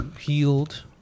healed